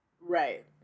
Right